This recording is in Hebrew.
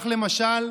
למשל,